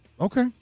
Okay